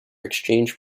exchange